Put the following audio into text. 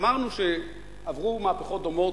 אמרנו שעברו מהפכות דומות,